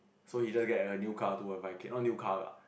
so he just a new car two point five K not new car lah